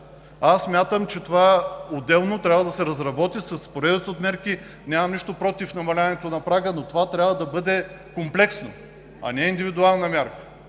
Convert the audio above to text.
Аз смятам, че това отделно трябва да се разработи с поредица от мерки. Нямам нищо против намаляването на прага, но това трябва да бъде комплексно, а да не бъде индивидуална мярка.